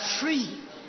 free